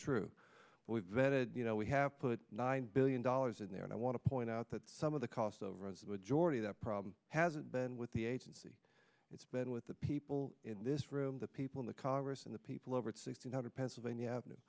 true we've vetted you know we have put nine billion dollars in there and i want to point out that some of the cost overruns would jordi the problem hasn't been with the agency it's been with the people in this room the people in the congress and the people over six hundred pennsylvania avenue